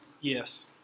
Yes